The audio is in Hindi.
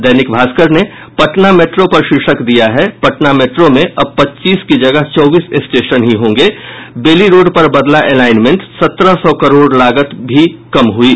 दैनिक भास्कर ने पटना मेट्रो पर शीर्षक दिया है पटना मेट्रो में अब पच्चीस की जगह चौबीस स्टेशन ही होगें बेली रोड पर बदला एलाइनमेंट सत्रह सौ करोड़ लागत भी कम हुयी